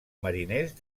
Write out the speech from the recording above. mariners